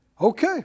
okay